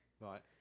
Right